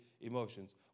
emotions